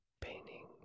painting